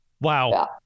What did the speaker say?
Wow